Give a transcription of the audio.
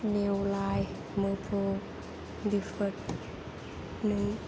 नेवलाय मोफौ बिफोरनि